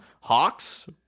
Hawks